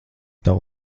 tava